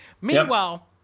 meanwhile